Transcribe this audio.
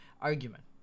argument